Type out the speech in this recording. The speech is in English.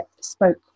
spoke